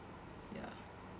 ya